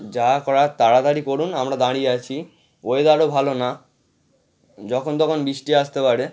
যা করার তাড়াতাড়ি করুন আমরা দাঁড়িয়ে আছি ওয়েদারও ভালো না যখন তখন বৃষ্টি আসতে পারে